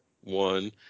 one